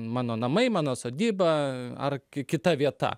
mano namai mano sodyba ar ki kita vieta